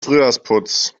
frühjahrsputz